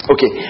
Okay